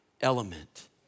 element